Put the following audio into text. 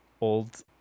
old